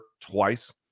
twice